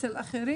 אצל אחרים?